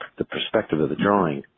the perspective of the drawing.